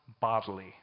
bodily